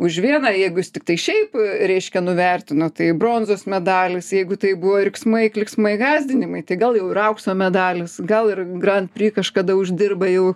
už vieną jeigu jis tiktai šiaip reiškia nuvertino tai bronzos medalis jeigu tai buvo riksmai klyksmai gąsdinimai tai gal jau ir aukso medalis gal ir grand pry kažkada uždirba jau